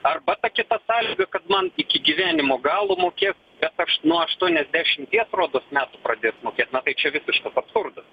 arba ta kita sąlyga kad man iki gyvenimo galo mokės bet aš nuo aštuoniasdešimties rodos metų pradės mokėt na tai čia visiškas absurdas